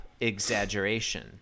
exaggeration